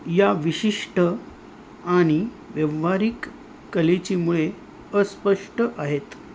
या विशिष्ट आणि व्यावहारिक कलेची मुळे अस्पष्ट आहेत